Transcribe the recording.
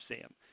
Sam